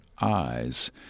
eyes